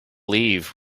leave